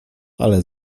ale